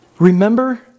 Remember